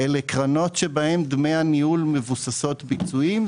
קרנות שבהם דמי הניהול מבוססים ביצועים.